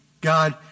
God